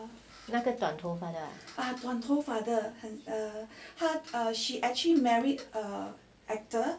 那个短头发的